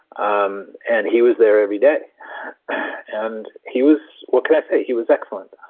um and he was there everyday and he was. what can i say? he was excellent.